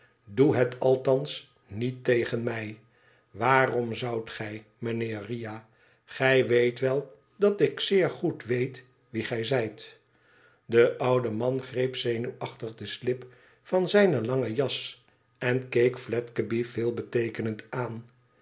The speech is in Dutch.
doe het althans niet tegen mij waarom zoudt gij mijnheer riah gij weet wel dat ik zeer goed weet wie gij zijt de oude man greep zenuwachtig de slip van zijne lange jas en keek fledgeby veelbeteekenend aan